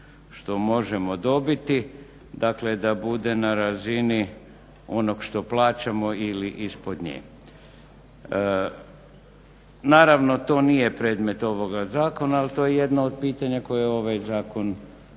što možemo dobiti. Dakle, da bude na razini onog što plaćamo ili ispod njega. Naravno to nije predmet ovoga zakona, ali to je jedno od pitanja koje ovaj zakon